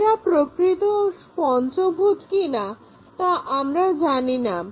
এটা প্রকৃত পঞ্চভুজ কিনা তা আমরা জানিনা